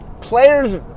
players